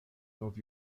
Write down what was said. nov